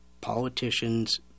politicians –